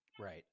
Right